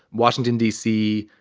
washington, d c,